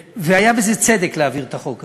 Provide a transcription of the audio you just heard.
והיה בזה צדק, להעביר את החוק הזה,